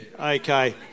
Okay